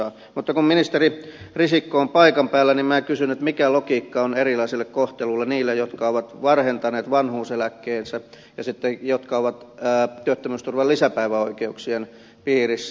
mutta kun ministeri risikko on paikan päällä niin minä kysyn mikä logiikka on erilaisessa kohtelussa niille jotka ovat varhentaneet vanhuuseläkkeensä ja sitten niille jotka ovat työttömyysturvan lisäpäiväoikeuksien piirissä